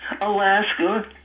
Alaska